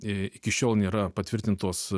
iki šiol nėra patvirtintos